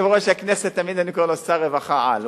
יושב-ראש הכנסת, תמיד אני קורא לו שר רווחה על.